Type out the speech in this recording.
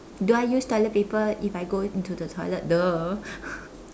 do I use toilet paper if I go into the toilet !duh!